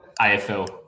AFL